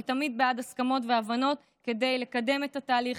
אני תמיד בעד הסכמות והבנות כדי לקדם את התהליך,